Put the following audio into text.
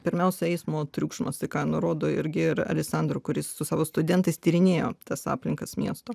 pirmiausia eismo triukšmas tai ką nurodo irgi alesandro kuris su savo studentais tyrinėjo tas aplinkas miesto